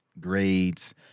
grades